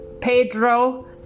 pedro